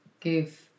give